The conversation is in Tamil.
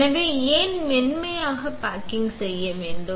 எனவே ஏன் மென்மையான பேக்கிங் செய்ய வேண்டும்